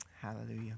Hallelujah